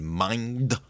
mind